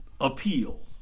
appeal